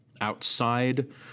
outside